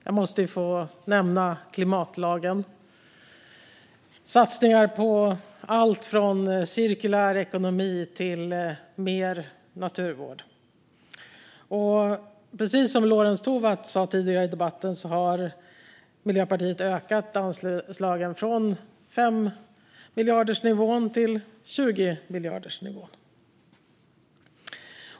Jag måste få nämna klimatlagen och satsningar på allt från cirkulär ekonomi till mer naturvård. Precis som Lorentz Tovatt sa tidigare i debatten har Miljöpartiet ökat anslagen från 5-miljardersnivån till 20-miljardersnivån.